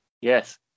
Yes